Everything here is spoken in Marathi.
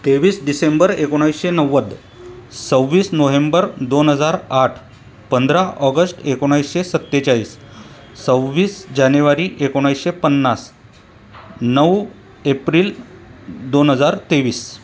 तेवीस डिसेंबर एकोणवीसशे नव्वद सव्वीस नोव्हेंबर दोन हजार आठ पंधरा ऑगस्ट एकोणवीसशे सत्तेचाळीस सव्वीस जानेवारी एकोणवीसशे पन्नास नऊ एप्रिल दोन हजार तेवीस